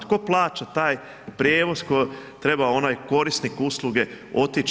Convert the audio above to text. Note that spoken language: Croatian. Tko plaća taj prijevoz koji treba onaj korisnik usluge otić?